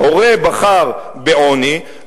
ההורה בחר בעוני,